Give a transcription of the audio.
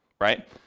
right